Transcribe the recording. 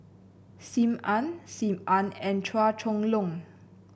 Sim Ann Sim Ann and Chua Chong Long